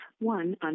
one